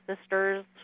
sisters